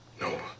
No